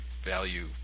value